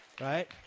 right